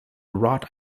wrought